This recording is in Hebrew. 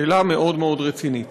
זו שאלה מאוד מאוד רצינית.